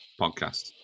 podcast